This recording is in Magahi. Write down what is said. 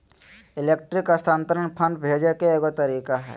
इलेक्ट्रॉनिक स्थानान्तरण फंड भेजे के एगो तरीका हइ